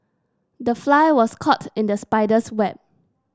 the fly was caught in the spider's web